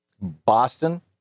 Boston